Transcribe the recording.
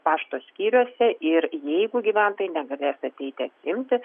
pašto skyriuose ir jeigu gyventojai negalės ateiti atsiimti